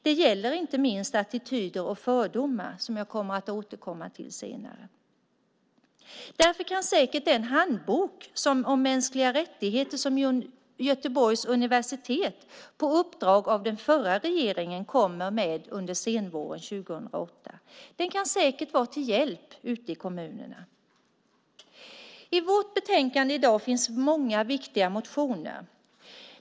Det gäller inte minst attityder och fördomar, som jag återkommer till senare. Därför kan säkert den handbok om mänskliga rättigheter som Göteborgs universitet på uppdrag av den förra regeringen kommer med under senvåren 2008 vara till hjälp ute i kommunerna. I vårt betänkande i dag finns många viktiga motioner.